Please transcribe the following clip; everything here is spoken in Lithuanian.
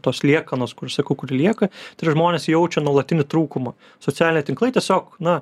tos liekanos kuri sakau kuri lieka tai yra žmonės jaučia nuolatinį trūkumą socialiniai tinklai tiesiog na